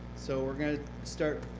so we're going to start